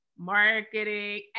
marketing